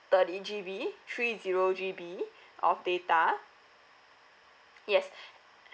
thirty G_B three zero G_B of data yes